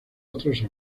otros